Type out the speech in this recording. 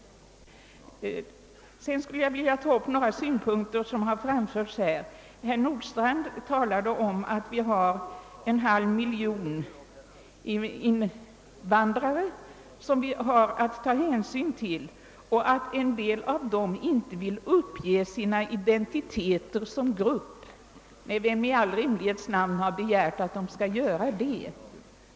Jag skulle sedan vilja beröra några synpunkter som framförts i debatten. Herr Nordstrandh påpekade att det i vårt land finns en halv miljon invandrare som vi har att ta hänsyn till och att en del av dessa inte vill uppge sina identiteter som grupp. Nej, vem i all rimlighetens namn har begärt att de skall göra det!